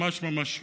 ממש ממש לא,